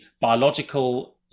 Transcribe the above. biological